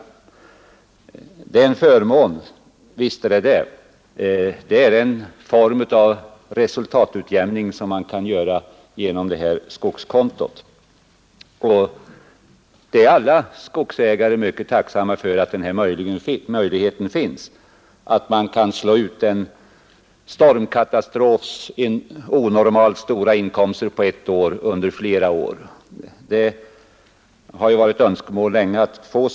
Visst innebär systemet med skogskonto en förmån. Det är en form av resultatutjämning. Alla skogsägare är mycket tacksamma för att det finns möjlighet att på flera år slå ut de onormalt stora inkomster av skogsfällningar som uppstår genom en stormkatastrof under ett år.